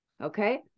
Okay